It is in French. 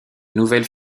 nouvelles